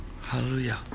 Hallelujah